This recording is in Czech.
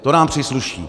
To nám přísluší.